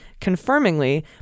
confirmingly